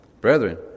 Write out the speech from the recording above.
Brethren